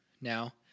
now